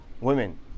women